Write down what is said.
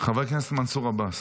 חבר הכנסת מנסור עבאס.